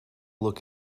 look